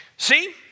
See